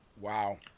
Wow